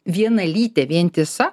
vienalytė vientisa